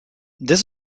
this